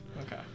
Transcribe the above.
Okay